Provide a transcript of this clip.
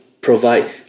provide